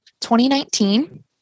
2019